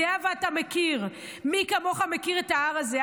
ואתה מכיר, מי כמוך מכיר את ההר הזה.